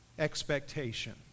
expectation